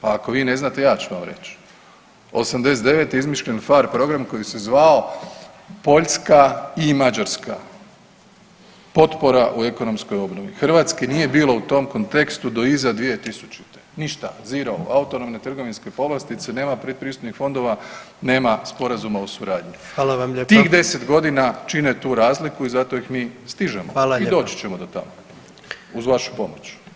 Pa ako vi ne znate ja ću vam reći. '89. je izmišljen PHARE program koji se zvao Poljska i Mađarska potpora u ekonomskoj obnovi, Hrvatske nije bilo u tom kontekstu do iza 2000., ništa, zero, autonomne trgovinske povlastice, nema pretpristupnih fondova, nema sporazuma o suradnju [[Upadica: Hvala vam lijepa.]] tih 10 godina čine tu razliku i zato ih mi stižemo [[Upadica: Hvala lijepa.]] i doći ćemo do tamo uz vašu pomoć.